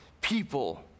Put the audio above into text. people